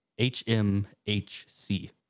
HMHC